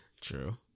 True